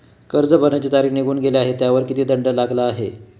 कर्ज भरण्याची तारीख निघून गेली आहे त्यावर किती दंड लागला आहे?